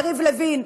יריב לוין.